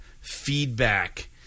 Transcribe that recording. feedback